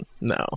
No